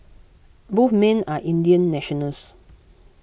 both men are Indian nationals